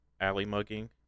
alley-mugging